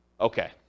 okay